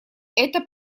эта